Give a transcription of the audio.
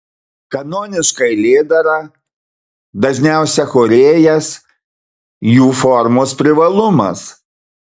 kanoniška eilėdara dažniausiai chorėjas jų formos privalumas